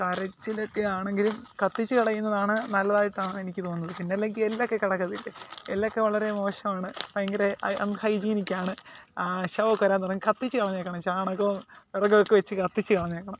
കരച്ചിലൊക്കെ ആണെങ്കിലും കത്തിച്ച് കളയുന്നതാണ് നല്ലതായിട്ടാണ് എനിക്ക് തോന്നുന്നത് പിന്നെ അല്ലെങ്കിൽ എല്ലൊക്കെ കിടക്കത്തില്ലേ എല്ലൊക്കെ വളരെ മോശമാണ് ഭയങ്കര അൺഹൈജീനിക്കാണ് ശവമൊക്കെ വരാൻ തുടങ്ങി കത്തിച്ച് കളഞ്ഞേക്കണം ചാണകവും വിറകൊക്കെ വച്ച് കത്തിച്ച് കളഞ്ഞേക്കണം